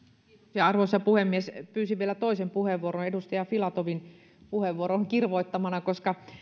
arvoisa puhemies pyysin vielä toisen puheenvuoron edustaja filatovin puheenvuoron kirvoittamana koska